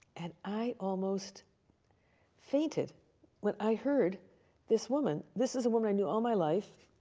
and i almost fainted when i heard this woman. this is a woman i knew all my life.